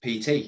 PT